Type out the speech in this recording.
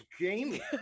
Jamie